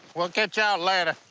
we'll catch y'all later.